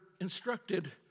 instructed